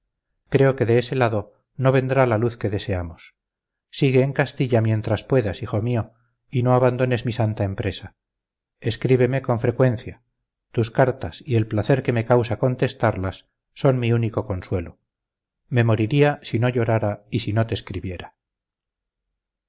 creo que de ese lado no vendrá la luz que deseamos sigue en castilla mientras puedas hijo mío y no abandones mi santa empresa escríbeme con frecuencia tus cartas y el placer que me causa contestarlas son mi único consuelo me moriría si no llorara y si no te escribiera